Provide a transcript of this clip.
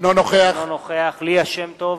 אינו נוכח ליה שמטוב,